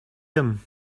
him